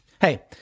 Hey